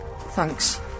Thanks